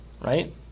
right